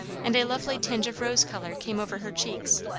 and a lovely tinge of rose-colour came over her cheeks.